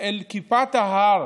אל כיפת ההר